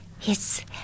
Yes